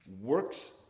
works